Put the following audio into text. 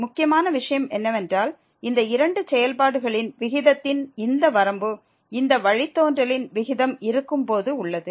முக்கியமான விஷயம் என்னவென்றால் இந்த இரண்டு செயல்பாடுகளின் விகிதத்தின் இந்த வரம்பு இந்த வழித்தோன்றலின் விகிதம் இருக்கும்போது உள்ளது